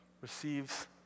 receives